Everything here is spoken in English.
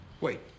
wait